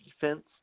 defense